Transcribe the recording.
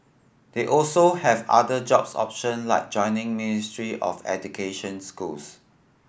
they also have other jobs option like joining Ministry of Education schools